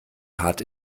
hart